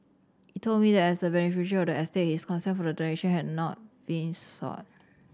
he told me that as a beneficiary of the estate his consent for the donation had not been sought